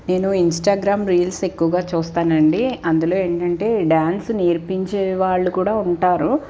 నేను Instagram reels ఎక్కువుగా చూస్తానండి అందులో ఏంటంటే డ్యాన్స్ నేర్పించే వాళ్ళు కూడా ఉంటారు